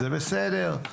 זה בסדר.